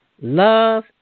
love